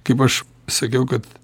kaip aš sakiau kad